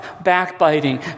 backbiting